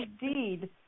indeed